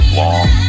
long